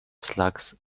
slugs